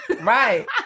Right